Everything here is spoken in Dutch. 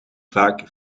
vaak